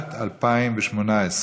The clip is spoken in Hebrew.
לשנת 2018,